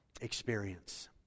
experience